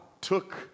took